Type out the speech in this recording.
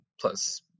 plus